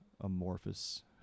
amorphous